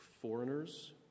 foreigners